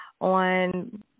on